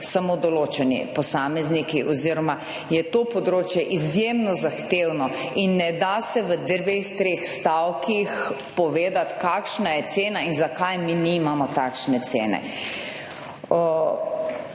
samo določeni posamezniki oziroma je to področje izjemno zahtevno in ne da se v dveh, treh stavkih povedati kakšna je cena in zakaj mi nimamo takšne cene.